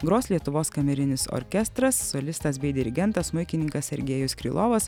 gros lietuvos kamerinis orkestras solistas bei dirigentas smuikininkas sergėjus krylovas